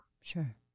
Sure